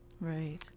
Right